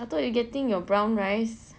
I thought you are getting your brown rice